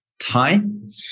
time